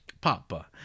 Papa